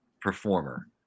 performer